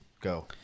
go